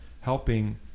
helping